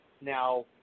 Now